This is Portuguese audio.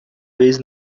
vez